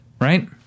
Right